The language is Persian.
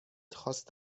خواست